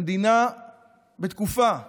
בתקופה הזאת,